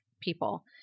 people